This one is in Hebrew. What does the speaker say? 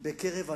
בקרב הנוער,